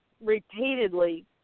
repeatedly